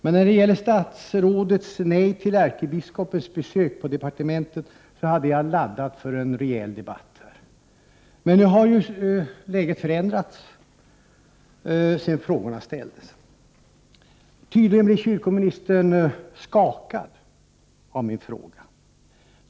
Men när det gäller statsrådets nej till ärkebiskopens besök på departementet hade jag laddat för en rejäl debatt här. Nu har ju läget förändrats sedan frågorna ställdes. Tydligen blev kyrkoministern skakad av min fråga.